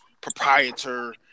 proprietor